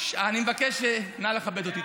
חברות וחברים, אני מבקש, נא לכבד אותי.